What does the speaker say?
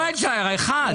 לא, אחד.